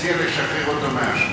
אני מציע לשחרר אותו מהאשמה.